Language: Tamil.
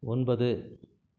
ஒன்பது